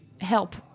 help